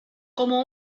como